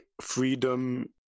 freedom